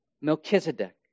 Melchizedek